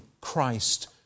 Christ